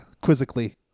quizzically